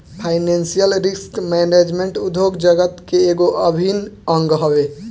financial risk management उद्योग जगत के एगो अभिन्न अंग हवे